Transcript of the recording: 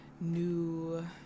New